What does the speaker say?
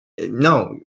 No